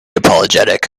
apologetic